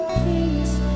peace